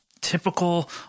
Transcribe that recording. typical